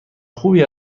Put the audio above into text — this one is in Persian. خوبی